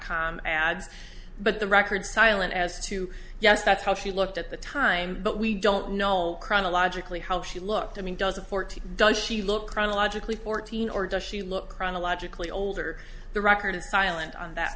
com ads but the record silent as to yes that's how she looked at the time but we don't know chronologically how she looked i mean does a fourteen does she look chronologically fourteen or does she look chronologically older the record is silent on that